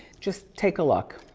just take a look.